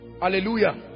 Hallelujah